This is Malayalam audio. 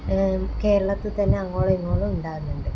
കേരളത്തിൽ തന്നെ അങ്ങോളം ഇങ്ങോളം ഉണ്ടാകുന്നുണ്ട്